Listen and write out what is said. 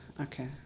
okay